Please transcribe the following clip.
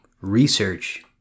research